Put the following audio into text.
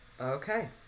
Okay